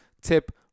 tip